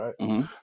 right